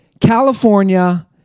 California